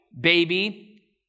baby